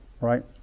right